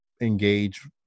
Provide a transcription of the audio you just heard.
engage